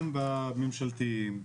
גם בממשלתיים,